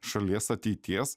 šalies ateities